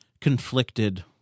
conflicted